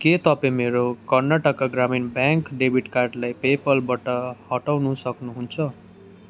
के तपाईँ मेरो कर्नाटक ग्रामीण ब्याङ्क डेबिट कार्डलाई पे पालबाट हटाउन सक्नु हुन्छ